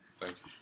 Thanks